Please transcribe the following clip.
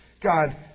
God